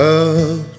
Love